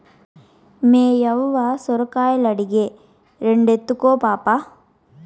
మేయవ్వ సొరకాయలడిగే, రెండెత్తుకో పాపా